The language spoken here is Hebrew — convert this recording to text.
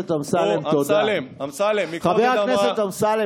נתניהו בסבב הראשון ולהגן על המדינה בכלי התקשורת,